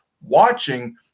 watching